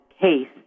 case